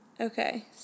Okay